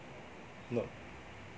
not